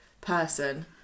person